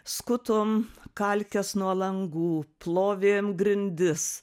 skutom kalkes nuo langų plovėm grindis